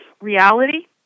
reality